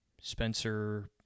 Spencer